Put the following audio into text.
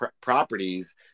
properties